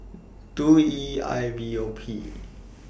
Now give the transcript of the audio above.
two E I V O P